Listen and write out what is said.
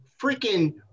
freaking